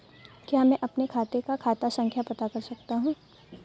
क्या मैं अपने खाते का खाता संख्या पता कर सकता हूँ?